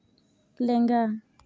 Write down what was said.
ᱞᱮᱸᱜᱟ